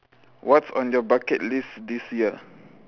what's on your bucket list this year